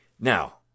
Now